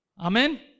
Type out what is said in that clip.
Amen